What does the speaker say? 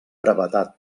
brevetat